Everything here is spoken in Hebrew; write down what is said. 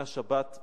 בשבת הבאה,